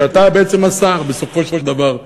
שאתה בעצם השר בסופו של דבר,